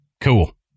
cool